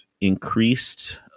increased